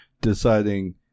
deciding